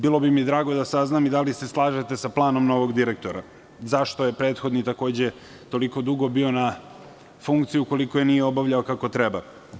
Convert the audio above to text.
Bilo bi mi drago da saznam i da li se slažete sa planom novog direktora i zašto je prethodni toliko dugo bio na funkciji ukoliko je nije obavljao kako treba.